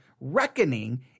reckoning